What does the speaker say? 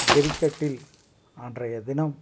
கிரிக்கெட்டில் அன்றைய தினம்